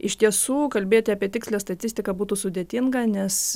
iš tiesų kalbėti apie tikslią statistiką būtų sudėtinga nes